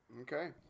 Okay